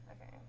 Okay